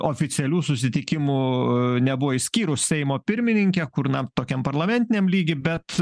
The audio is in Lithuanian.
oficialių susitikimų nebuvo išskyrus seimo pirmininkę kur na tokiam parlamentiniam lygy bet